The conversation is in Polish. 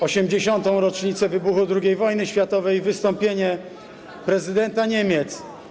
80. rocznica wybuchu II wojny światowej, wystąpienie prezydenta Niemiec.